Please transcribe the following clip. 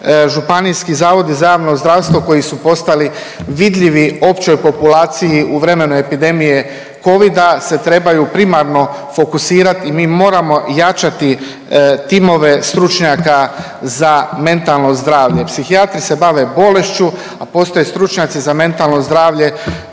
županijski zavodi za javno zdravstvo koji su postali vidljivi općoj populaciji u vremenu epidemije Covida se trebaju primarno fokusirati i mi moramo jačati timove stručnjaka za mentalno zdravlje. Psihijatri se bave bolešću, a postoje stručnjaci za mentalno zdravlje